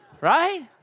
right